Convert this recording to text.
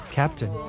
Captain